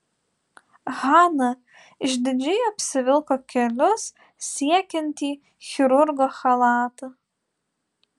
hana išdidžiai apsivilko kelius siekiantį chirurgo chalatą